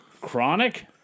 Chronic